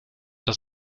das